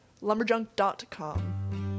Lumberjunk.com